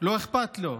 לא אכפת לו.